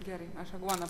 gerai aš aguoną